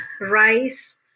rice